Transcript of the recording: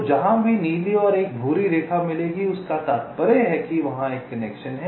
तो जहाँ भी नीली और एक भूरी रेखा मिलेंगी उसका तात्पर्य है कि वहाँ एक कनेक्शन है